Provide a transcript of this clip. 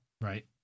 Right